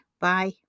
Bye